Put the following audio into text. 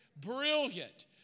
Brilliant